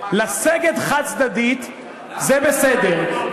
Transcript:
לסגת חד-צדדית זה בסדר,